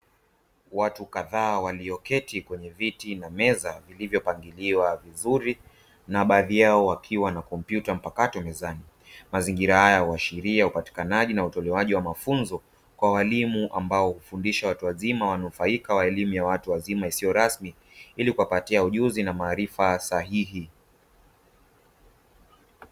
Watu kadhaa walioketi kwenye viti na meza vilivyopangiliwa vizuri na baadhi yao wakiwa na kompyuta mpakato mezani. Mazingira haya huashiria upatikanaji na utolewaji wa mafunzo kwa walimu ambao hufundisha watu wazima wanufaika wa elimu ya watu wazima isiyo rasmi ili kuwapatia ujuzi na maarifa sahihi.